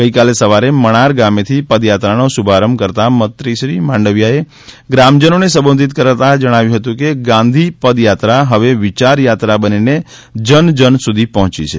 ગઇકાલે સવારે મણાર ગામેથી પદયાત્રાનો શુભરભ કરતાં મંત્રીશ્રી માંડવીયાએ ગ્રામજનોને સંબોધિત કરતાં જણાવ્યું હતું કે ગાંધી પદયાત્રા હવે વિચારયાત્રા બનીને જનજન સુધી પહોંચી છે